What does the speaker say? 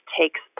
takes